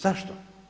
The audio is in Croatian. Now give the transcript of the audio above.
Zašto?